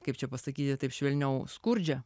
kaip čia pasakyti taip švelniau skurdžią